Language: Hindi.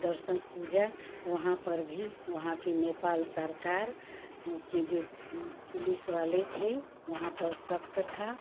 दर्शन पूजा वहाँ पर भी वहाँ की नेपाल सरकार के जो पुलिस वाले थे वहाँ पर सख़्त था